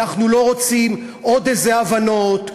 אנחנו לא רוצים עוד איזה הבנות,